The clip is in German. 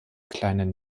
kleinen